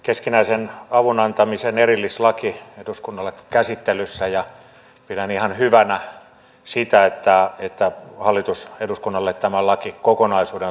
keskinäisen avun antamisen erillislaki on eduskunnalla käsittelyssä ja pidän ihan hyvänä sitä että hallitus eduskunnalle tämän lakikokonaisuuden on toimittanut